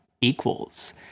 equals